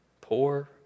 poor